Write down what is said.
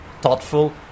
thoughtful